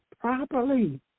properly